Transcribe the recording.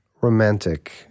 romantic